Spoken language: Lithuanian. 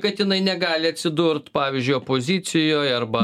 kad jinai negali atsidurt pavyzdžiui opozicijoj arba